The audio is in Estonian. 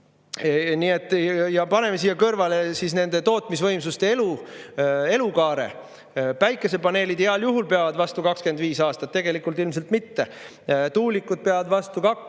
paneme siia kõrvale nende tootmisvõimsuste elukaare. Päikesepaneelid heal juhul peavad vastu 25 aastat, tegelikult ilmselt mitte. Tuulikud peavad vastu